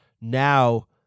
now